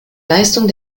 leistung